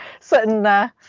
Certain